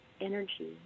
energy